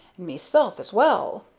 meself as well!